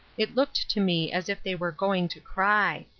it looked to me as if they were going to cry.